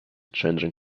changing